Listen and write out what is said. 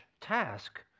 task